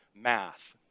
math